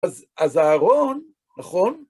אז אהרון, נכון?